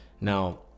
now